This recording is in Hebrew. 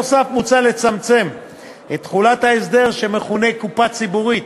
נוסף על כך מוצע לצמצם את תחולת ההסדר שמכונה "קופה ציבורית",